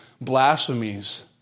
blasphemies